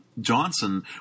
Johnson